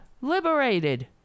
liberated